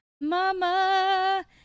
mama